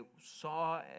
saw